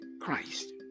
christ